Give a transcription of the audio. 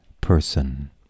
person